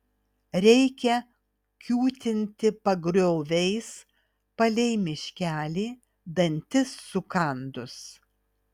reikia kiūtinti pagrioviais palei miškelį dantis sukandus